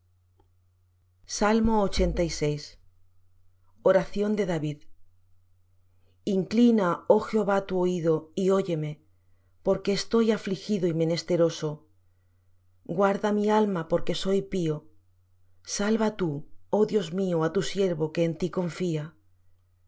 oración de david inclina oh jehová tu oído y óyeme porque estoy afligido y menesteroso guarda mi alma porque soy pío salva tú oh dios mío á tu siervo que en ti confía